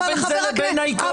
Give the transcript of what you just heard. מה בין זה לבין העיקרון של ההסמכה?